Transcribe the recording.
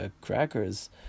crackers